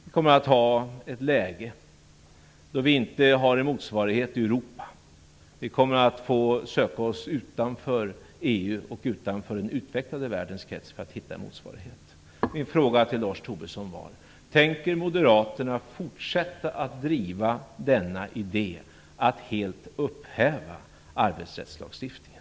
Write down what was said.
Vi kommer att ha ett läge då vi inte har en motsvarighet i Europa. Vi kommer att få söka oss utanför EU och utanför den utvecklade världens krets för att hitta en motsvarighet. Min fråga till Lars Tobisson var: Tänker Moderaterna fortsätta att driva idén att helt upphäva arbetsrättslagstiftningen?